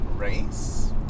Race